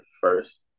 first